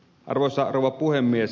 arvoisa rouva puhemies